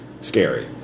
scary